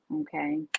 okay